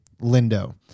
Lindo